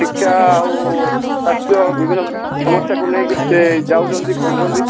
ଶିକ୍ଷା ଆଉ ସ୍ୱାସ୍ଥ୍ୟ ବିଭିନ୍ନ ସମସ୍ୟାକୁ ନେଇକରି ସେ ଯାଉଛନ୍ତି କରୁଛନ୍ତି